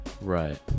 Right